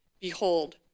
Behold